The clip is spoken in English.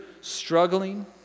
struggling